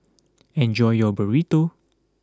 enjoy your Burrito